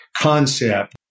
concept